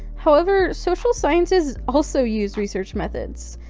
however, social sciences also use research methods.